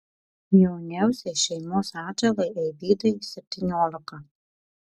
jauniausiai šeimos atžalai eivydai septyniolika